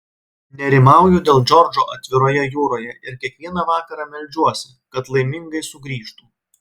nerimauju dėl džordžo atviroje jūroje ir kiekvieną vakarą meldžiuosi kad laimingai sugrįžtų